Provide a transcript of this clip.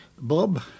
Bob